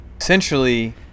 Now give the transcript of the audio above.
essentially